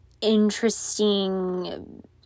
interesting